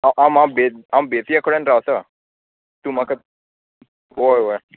आम बेत हांव बेतये कडेन रावतां तूं म्हाका हय हय